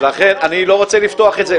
אני לא רוצה לפתוח את זה.